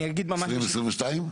2022?